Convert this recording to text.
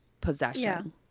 possession